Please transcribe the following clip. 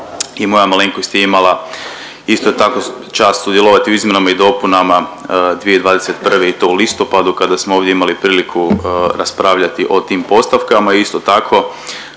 i moja malenkost je imala, isto tako, čast sudjelovati u izmjenama i dopunama 2021. i to u listopadu kada smo ovdje imali priliku raspravljati o tim postavkama. Isto tako,